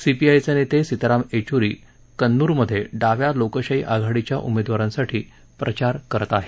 सीपीआयचे नेते सीताराम येचुरी कन्नूर मध्ये डाव्या लोकशाही आघाडीच्या उमेदवारांसाठी प्रचार करत आहेत